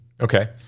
Okay